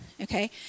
okay